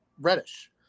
Reddish